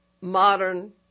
modern